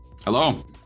Hello